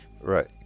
right